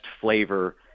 flavor